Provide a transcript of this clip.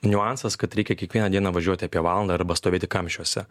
niuansas kad reikia kiekvieną dieną važiuoti apie valandą arba stovėti kamščiuose